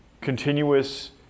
continuous